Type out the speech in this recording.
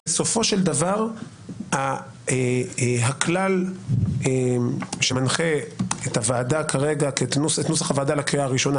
בסופו של דבר הכלל שמנחה את נוסח הוועדה לקריאה ראשונה,